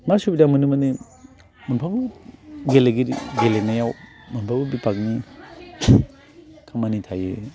मा सुबिदा मोनो माने मोनफ्रोमबो गेलेगिरि गेलेनायाव मोनफ्रोमबो बिभागनि खामानि थायो